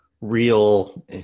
real